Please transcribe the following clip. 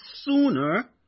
sooner